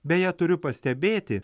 beje turiu pastebėti